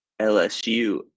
LSU